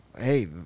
hey